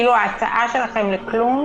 כאילו ההצעה שלכם לכלום